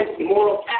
moral